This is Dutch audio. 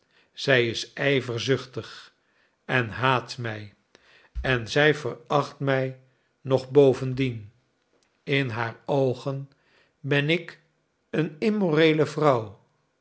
zij is ijverzuchtig en haat mij en zij veracht mij nog bovendien in haar oogen ben ik een immoreele vrouw